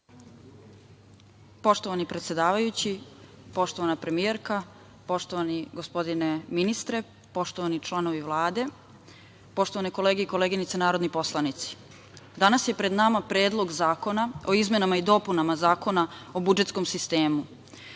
Poštovani predsedavajući, poštovana premijerko, poštovani gospodine ministre, poštovani članovi Vlade, poštovane kolege i koleginice narodni poslanici, danas je pred nama Predlog zakona o izmenama i dopunama Zakona o budžetskom sistemu